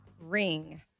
Ring